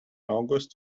august